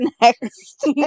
next